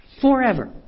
forever